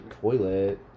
toilet